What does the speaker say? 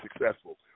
successful